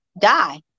die